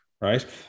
right